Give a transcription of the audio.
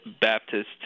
Baptist